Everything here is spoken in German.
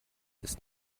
ist